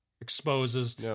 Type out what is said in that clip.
Exposes